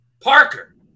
Parker